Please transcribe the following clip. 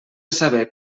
saber